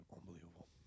unbelievable